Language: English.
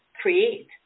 create